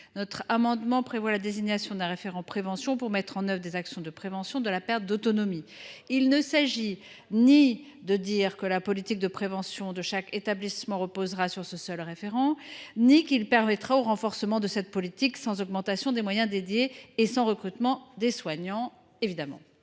notre amendement prévoit la désignation d’un référent pour mettre en œuvre des actions de prévention de la perte d’autonomie. Il ne s’agit pas d’affirmer que la politique de prévention de chaque établissement reposera sur ce seul référent ni de prétendre que celui ci contribuera au renforcement de cette politique, sans augmentation des moyens dédiés et sans recrutement de soignants.